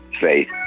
faith